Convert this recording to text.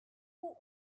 who